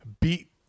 beat